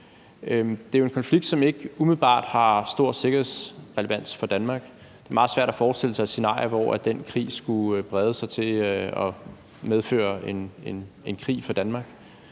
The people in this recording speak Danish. Det er jo en konflikt, som ikke umiddelbart har stor sikkerhedsrelevans for Danmark. Det er meget svært at forestille sig et scenarie, hvor den krig skulle brede sig til og medføre en krig for Danmark.